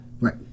Right